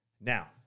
Now